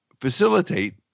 facilitate